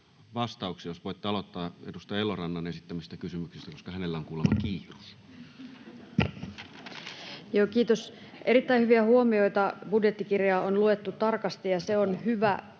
vastauksia. Jos voitte aloittaa edustaja Elorannan esittämistä kysymyksistä, koska hänellä on kuulemma kiirus. Kiitos! Erittäin hyviä huomioita. Budjettikirjaa on luettu tarkasti, ja se on hyvä.